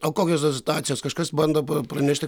o kokios tos situacijos kažkas bando pranešti